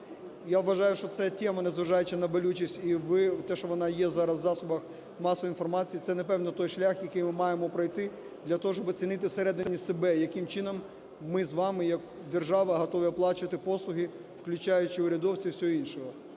Я вважаю, що це тема, незважаючи на болючість, і те, що вона зараз є в засобах масової інформації, це, напевно, той шлях, який ми маємо пройти для того, щоб оцінити всередині себе, яким чином ми з вами як держава готові оплачувати послуги, включаючи урядовців і всього іншого.